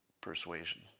persuasion